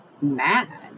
mad